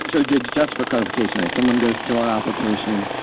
so just for clarification, if someone goes to our application,